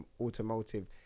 automotive